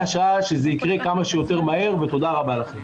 השעה שזה יקרה כמה שיותר מהר ותודה רבה לכם.